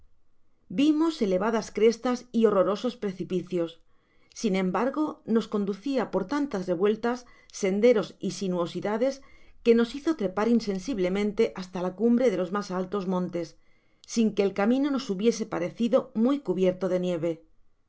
vimos elevadas crestas y horrorosos precipicios sin embargo nos conducia por tantas revueltas senderos y sinuosidades que nos hizo trepar insensiblemente hasta la cumbre de los mas altos montes sin que el camino nos hubiese parecido may cubierto de nieve